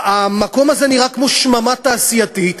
המקום הזה נראה כמו שממה תעשייתית.